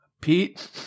Pete